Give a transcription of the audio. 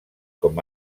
com